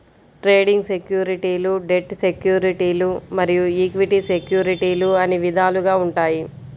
trading సెక్యూరిటీలు debt సెక్యూరిటీలు మరియు ఈక్విటీ సెక్యూరిటీలు అని విధాలుగా ఉంటాయి